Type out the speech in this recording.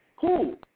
cool